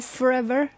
forever